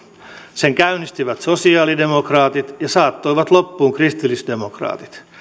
sen käynnistivät sosiaalidemokraatit ja saattoivat loppuun kristillisdemokraatit